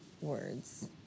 words